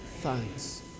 thanks